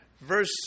Verse